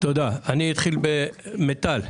אני אתייחס לדברי מיטל.